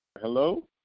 Hello